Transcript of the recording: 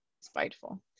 spiteful